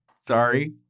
Sorry